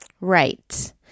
Right